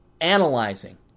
analyzing